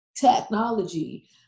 technology